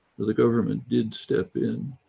the government did step in,